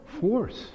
force